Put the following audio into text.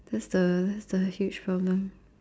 that's the that's the huge problem